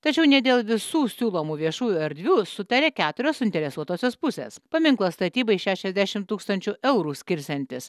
tačiau ne dėl visų siūlomų viešųjų erdvių sutaria keturios suinteresuotosios pusės paminklo statybai šešiasdešim tūkstančių eurų skirsiantis